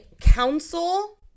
council